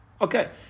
Okay